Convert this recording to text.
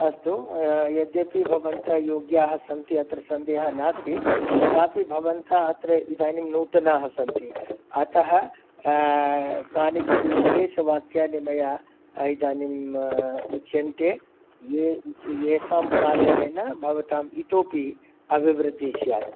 अस्तु यद्यपि भवन्तः योग्याः सन्ति अत्र सन्देहः नास्ति तथापि भवन्तः अत्र इदानीं नूतनाः सन्ति अतः कानिचित् उपदेशवाक्यानि मया इदानीम् उच्यन्ते ये येषां पालनेन भवतां इतोऽपि अभिवृद्धिस्स्यात्